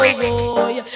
boy